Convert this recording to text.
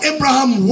Abraham